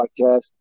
podcast